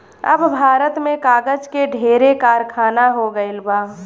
अब भारत में कागज के ढेरे कारखाना हो गइल बा